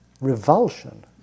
Revulsion